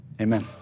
Amen